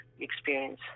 experience